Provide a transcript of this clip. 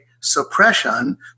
Suppression